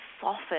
soften